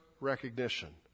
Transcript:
recognition